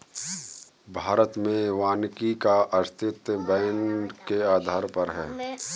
भारत में वानिकी का अस्तित्व वैन के आधार पर है